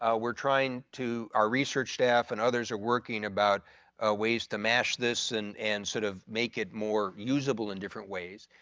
ah we're trying to research staff and others are working about ah ways to mash this and and sort of make it more usable in different ways.